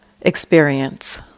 experience